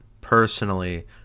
personally